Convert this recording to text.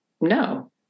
no